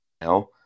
now